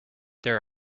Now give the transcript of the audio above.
there